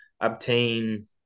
obtain